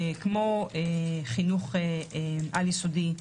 כמו חינוך על-יסודי,